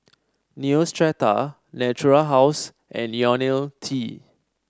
Neostrata Natura House and IoniL T